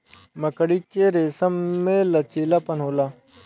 मकड़ी के रेसम में लचीलापन होला